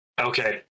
okay